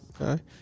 Okay